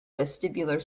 vestibular